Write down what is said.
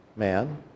man